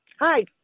Hi